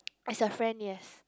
as a friend yes